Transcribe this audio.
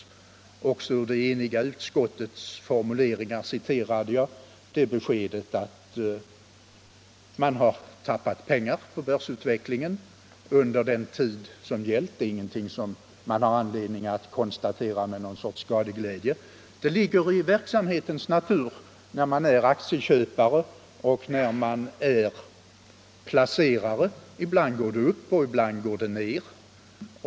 Jag citerade också ur det eniga utskottets formuleringar det beskedet att fonden har tappat pengar på börsutvecklingen under den tid som det här gäller. Det är ingenting som man har anledning konstatera med någon sorts skadeglädje. Det ligger i verksamhetens natur när man är aktieköpare och placerare att det ibland går upp och ibland ner.